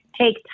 Take